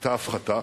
היתה הפחתה,